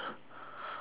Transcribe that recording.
okay